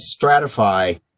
stratify